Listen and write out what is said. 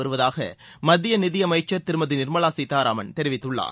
வருவதாக மத்திய நிதியமைச்சர் திருமதி நிர்மலா சீத்தாராமன் தெரிவித்துள்ளார்